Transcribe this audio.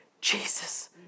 Jesus